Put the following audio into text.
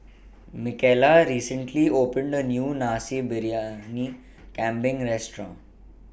Micaela recently opened A New Nasi Briyani Kambing Restaurant